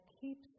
keeps